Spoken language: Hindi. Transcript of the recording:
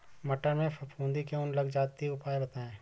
मटर में फफूंदी क्यो लग जाती है उपाय बताएं?